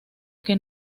que